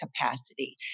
capacity